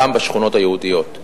גם בשכונות היהודיות.